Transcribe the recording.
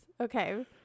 Okay